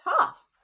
tough